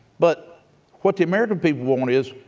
but what the american people want is,